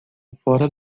fora